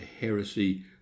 heresy